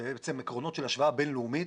עקרונות של השוואה בין-לאומית.